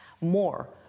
more